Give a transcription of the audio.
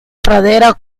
pradera